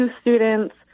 students